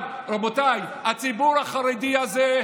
אבל רבותיי, הציבור החרדי הזה,